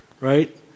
right